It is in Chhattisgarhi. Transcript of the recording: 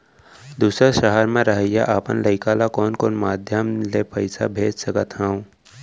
दूसर सहर म रहइया अपन लइका ला कोन कोन माधयम ले पइसा भेज सकत हव?